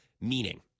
meaning